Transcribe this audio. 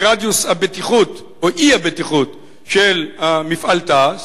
ברדיוס הבטיחות או האי-בטיחות של מפעל תע"ש.